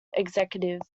executive